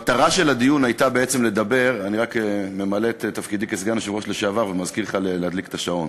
אני רק ממלא את תפקידי כסגן יושב-ראש לשעבר ומזכיר לך להדליק את השעון.